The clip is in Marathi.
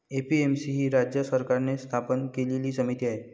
ए.पी.एम.सी ही राज्य सरकारने स्थापन केलेली समिती आहे